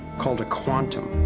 called a quantum,